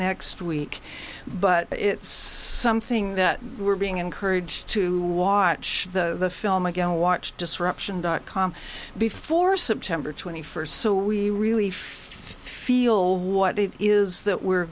next week but it's something that we're being encouraged to watch the film again watch disruption dot com before september twenty first so we really feel what it is that we're